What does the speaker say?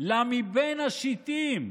לבין השיטין,